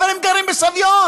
אבל הם גרים בסביון.